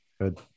Good